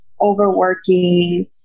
overworking